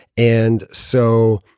and so.